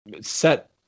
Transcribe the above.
set